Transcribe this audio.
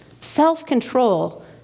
self-control